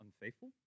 unfaithful